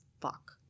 fuck